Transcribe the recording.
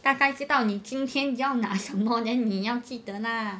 大概知道你今天要那什么 then 你要记得 lah